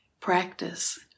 practice